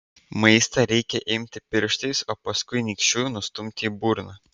maistą reikia imti pirštais o paskui nykščiu nustumti į burną